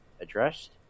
addressed